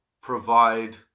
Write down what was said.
provide